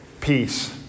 peace